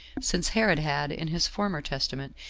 since herod had, in his former testament,